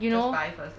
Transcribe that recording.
you know just buy first lah cause cause like